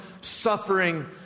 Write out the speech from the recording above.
suffering